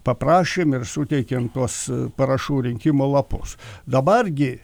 paprašėm ir suteikėm tuos parašų rinkimo lapus dabar gi